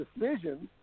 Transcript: decisions